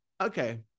Okay